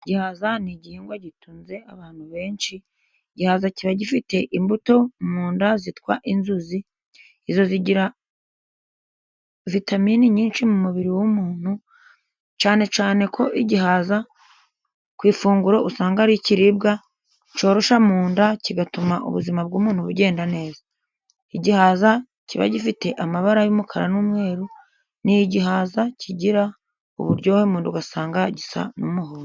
Igihaza ni igihingwa gitunze abantu benshi, igihaza kiba gifite imbuto mu nda zitwa inzuzi, izo zigira vitamini nyinshi mu mubiri w'umuntu cyane cyane ko igihaza ku ifunguro usanga ari ikiribwa cyoroshya mu nda, kigatuma ubuzima bw'umuntu bugenda neza. Igihaza kiba gifite amabara y'umukara n'umweru ,ni igihaza kigira uburyohe mu nda ugasanga gisa n'umuhondo.